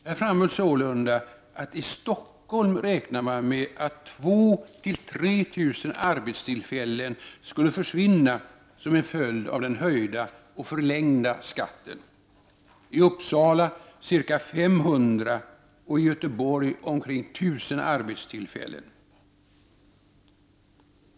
Här framhölls sålunda att man i Stockholm räknar med att 2000-3 000 arbetstillfällen skulle försvinna som en följd av den höjda och förlängda skatten, i Uppsala ca 500 och i Göteborg omkring 1000 arbetstillfällen.